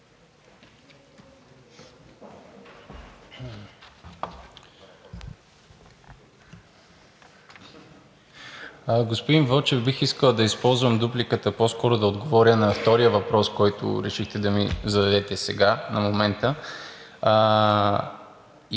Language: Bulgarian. Вълчев, бих искал да използвам дупликата по-скоро да отговоря на втория въпрос, който решихте да ми зададете сега, на момента,